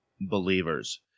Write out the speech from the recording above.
believers